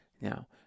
now